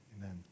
Amen